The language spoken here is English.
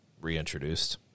reintroduced